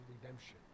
redemption